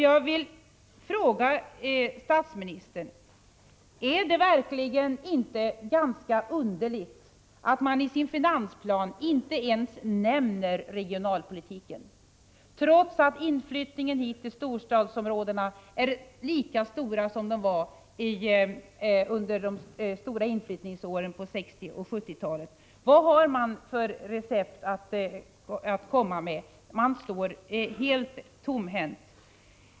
Jag vill fråga statsministern: Är det verkligen inte ganska underligt att regeringen i sin finansplan inte ens nämner regionalpolitiken, trots att inflyttningen till storstadsområdena är lika stor som den var under de stora inflyttningsåren på 1960 och 1970-talen? Vad har man för recept att komma med? Man står helt tomhänt.